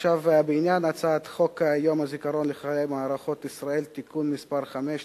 בעניין הצעת חוק יום הזיכרון לחללי מערכות ישראל (תיקון מס' 5),